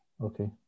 Okay